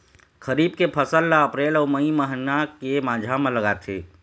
खरीफ के फसल ला अप्रैल अऊ मई महीना के माझा म लगाथे